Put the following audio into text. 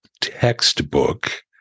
textbook